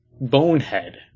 bonehead